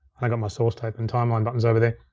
i got my source tape and timeline buttons over there.